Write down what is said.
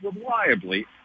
reliably